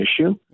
issue